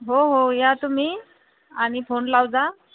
हो हो या तुम्ही आणि फोन लावा